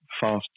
fast